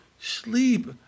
Sleep